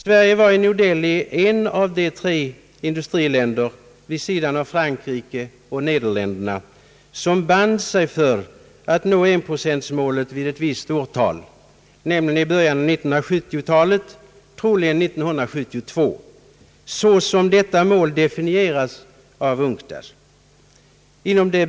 Sverige var i New Delhi ett av de tre industriländer — vid sidan av Frankrike och Nederländerna — som band sig för att nå enprocentmålet vid ett visst årtal, nämligen i början av 1970 talet, troligen år 1972, såsom detta mål definieras av UNCTAD.